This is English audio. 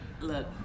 Look